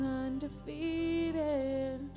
undefeated